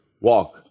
walk